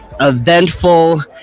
eventful